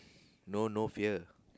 no no fear